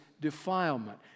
defilement